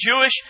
Jewish